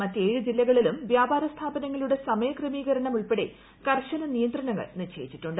മറ്റ് ഏഴ് ജില്ലകളിലും വ്യാപാര സ്ഥാപനങ്ങളുടെ സമയക്രമീകരണം ഉൾപ്പെടെ കർശന നിയന്ത്രണങ്ങൾ നിശ്ചയിച്ചിട്ടുണ്ട്